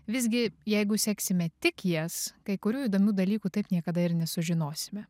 visgi jeigu seksime tik jas kai kurių įdomių dalykų taip niekada ir nesužinosime